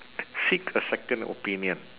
seek a second opinion